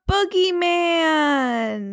Boogeyman